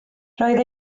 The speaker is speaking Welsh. roedd